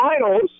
finals